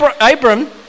Abram